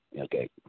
okay